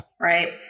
right